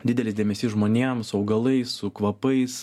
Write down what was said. didelis dėmesys žmonėms augalai su kvapais